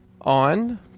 on